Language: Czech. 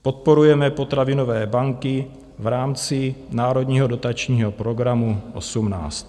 Podporujeme potravinové banky v rámci národního dotačního programu 18.